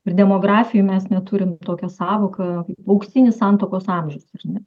ir demografijoj mes net turim tokią sąvoką auksinis santuokos amžius ar ne